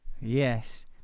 Yes